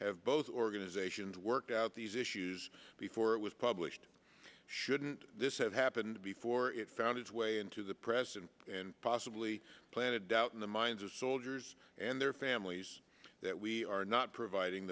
have both organizations worked out these issues before it was published shouldn't this have happened before it found its way into the press and possibly planted out in the minds of soldiers and their families that we are not providing